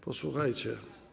Posłuchajcie.